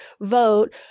vote